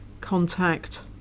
contact